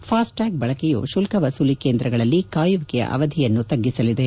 fast tag ಬಳಕೆಯು ಶುಲ್ಕ ವಸೂಲಿ ಕೇಂದ್ರಗಳಲ್ಲಿ ಕಾಯುವಿಕೆಯ ಅವಧಿಯನ್ನು ತಗ್ಗಿಸಲಿದೆ